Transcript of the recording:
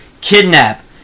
kidnap